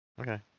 Okay